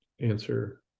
answer